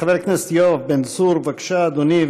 חבר הכנסת יואב בן צור, בבקשה, אדוני.